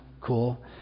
cool